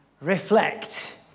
reflect